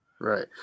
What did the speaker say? Right